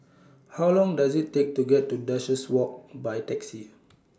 How Long Does IT Take to get to Duchess Walk By Taxi